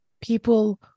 people